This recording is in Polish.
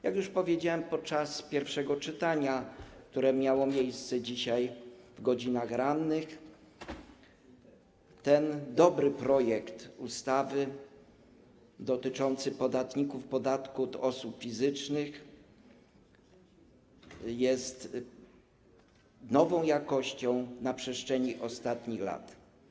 Jak już powiedziałem podczas pierwszego czytania, które miało miejsce dzisiaj w godzinach rannych, ten dobry projekt ustawy dotyczący podatników podatku od osób fizycznych jest nową jakością na przestrzeni ostatnich lat.